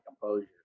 composure